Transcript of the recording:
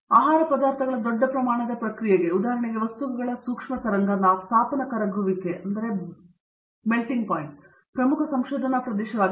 ಆದ್ದರಿಂದ ಆಹಾರ ಪದಾರ್ಥಗಳ ದೊಡ್ಡ ಪ್ರಮಾಣದ ಪ್ರಕ್ರಿಯೆಗೆ ಉದಾಹರಣೆಗೆ ವಸ್ತುಗಳ ಸೂಕ್ಷ್ಮ ತರಂಗ ತಾಪನ ಕರಗುವಿಕೆಯು ಪ್ರಮುಖ ಸಂಶೋಧನಾ ಪ್ರದೇಶವಾಗಿದೆ